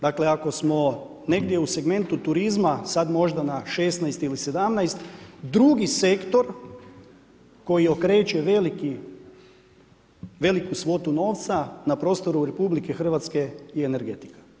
Dakle ako smo negdje u segmentu turizma sada možda na 16 ili 17, drugi sektor koji okreće veliku svotu novca na prostoru RH je energetika.